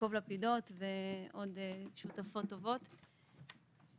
יעקב לפידות ושותפות נוספות וטובות.